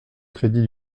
crédit